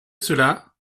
cela